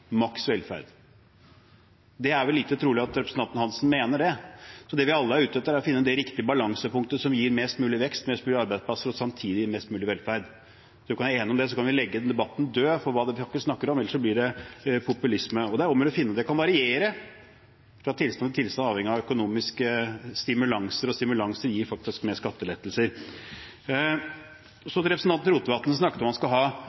maks velferd. Det er lite trolig at representanten Hansen mener det. Det vi alle er ute etter, er å finne det riktige balansepunktet som gir mest mulig vekst, flest mulige arbeidsplasser og samtidig mest mulig velferd. Dersom vi ikke er enige om det, kan vi legge denne debatten død, ellers blir det populisme. Det er om å gjøre å finne dette balansepunktet. Det kan variere fra tilstand til tilstand, avhengig av økonomiske stimulanser. Stimulanser gir faktisk mer skattelettelser. Så til representanten Rotevatn, som snakket om at man skal ha